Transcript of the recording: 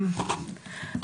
בבקשה.